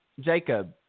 jacob